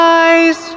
eyes